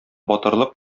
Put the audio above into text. батырлык